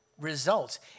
results